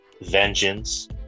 Vengeance